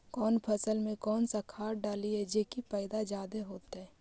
कौन फसल मे कौन सा खाध डलियय जे की पैदा जादे होतय?